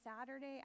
Saturday